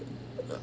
ya